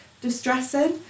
distressing